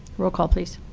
roll call, please.